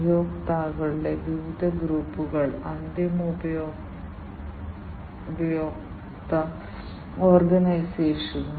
ഇവ industry grade സെൻസറുകളാണ് ഇവയ്ക്ക് ഉയർന്ന പ്രകടനവും ഉയർന്ന കാര്യക്ഷമതയും ഉണ്ട് അവ വളരെ വിശ്വസനീയമാണ്